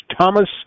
Thomas